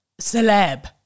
celeb